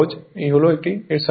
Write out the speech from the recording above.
এই হল এর সার্কিট